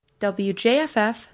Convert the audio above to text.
WJFF